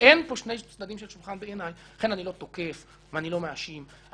במכתב הזה שלכם חרגתם במיליון אחוז מהתקשי"ר.